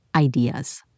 Ideas